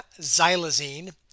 xylazine